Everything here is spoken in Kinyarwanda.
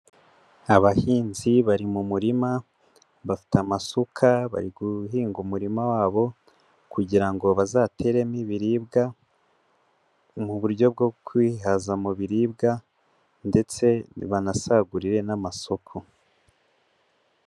Abahinzi bari mu murima bafite amasuka bari guhinga umurima wabo kugira ngo bazateremo ibiribwa mu buryo bwo kwihaza mu biribwa ndetse banasagurire n'amasoko.